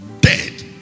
Dead